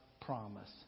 promise